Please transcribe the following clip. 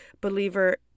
believer